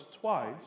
twice